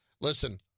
Listen